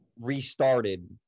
restarted